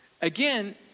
Again